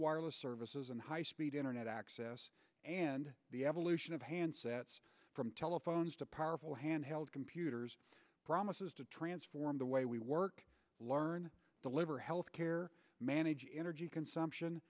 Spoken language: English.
wireless services and high speed internet access and the evolution of handsets from telephones to powerful handheld computers promises to transform the way we work learn the liver healthcare manage energy consumption